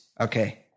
Okay